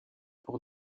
pour